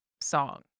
song